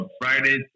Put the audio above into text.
Friday